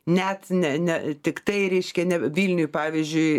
net ne ne tiktai reiškia ne vilniuj pavyzdžiui